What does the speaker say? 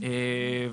ועובדת.